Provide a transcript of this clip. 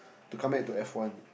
to come back to F one